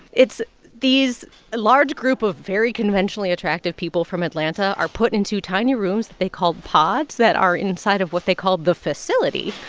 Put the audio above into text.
it's these a large group of very conventionally attractive people from atlanta are put into tiny rooms that they call pods that are inside of what they call the facility,